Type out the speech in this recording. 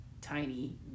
Tiny